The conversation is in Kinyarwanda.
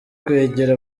kwegera